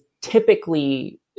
typically